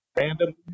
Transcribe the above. random